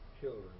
children